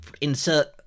insert